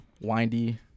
windy